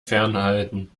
fernhalten